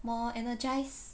more energized